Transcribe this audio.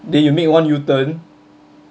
then you make one U-turn